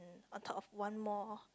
on top of one more